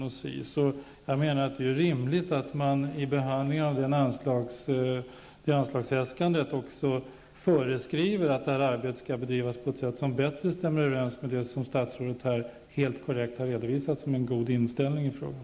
Det är ju rimligt att man vid behandlingen av detta anslagsäskande även föreskriver att detta arbete skall bedrivas på ett sätt som bättre stämmer överens med det som statsrådet här helt korrekt har redovisat såsom en god inställning till frågan.